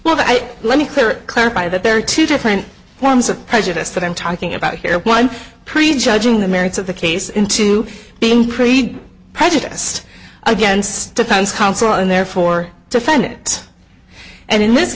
i let me clear clarify that there are two different forms of prejudice that i'm talking about here one prejudging the merits of the case into being pretty prejudiced against defense counsel and therefore defend it and in this